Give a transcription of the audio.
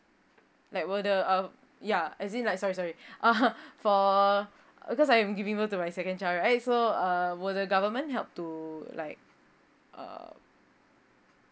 like will the uh ya as in like sorry sorry for because I'm giving birth to my second child right so uh will the government help to like uh